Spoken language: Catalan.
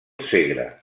segre